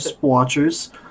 watchers